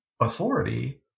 authority